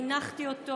הנחתי אותו.